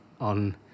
on